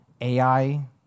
Ai